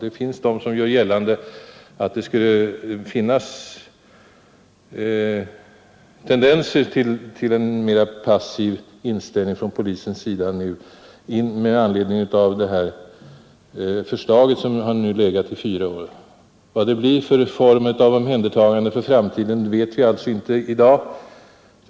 Det finns de som gör gällande att det skulle finnas tendenser till en mera överseende inställning hos polisen som en följd av det förslag om avkriminalisering av gatufylleriet, som nu har legat i fyra år. Vad det blir för form av omhändertagande i framtiden vet vi alltså inte något säkert om i dag.